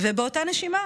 ובאותה נשימה